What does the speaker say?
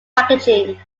packaging